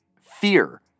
fear